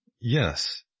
Yes